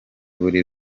buri